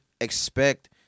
expect